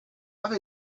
have